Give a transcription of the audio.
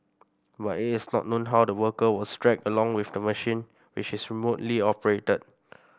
but it is not known how the worker was dragged along with the machine which is remotely operated